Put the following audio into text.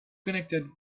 connected